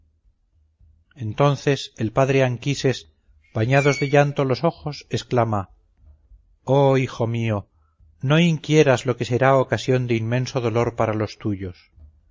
entonces el padre anquises bañados de llanto los ojos exclama oh hijo mío no inquieras lo que será ocasión de inmenso dolor para los tuyos